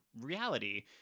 reality